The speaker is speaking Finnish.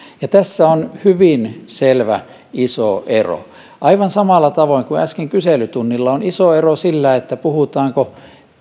ja tässä on hyvin selvä iso ero aivan samalla tavoin kuin äsken kyselytunnilla on iso ero sillä puhutaanko